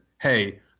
hey